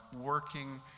working